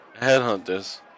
Headhunters